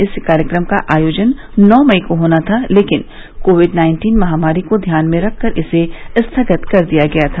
इस कार्यक्रम का आयोजन नौ मई को होना था लेकिन कोविड नाइन्टीन महामारी को ध्यान में रखकर इसे स्थगित कर दिया गया था